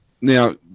Now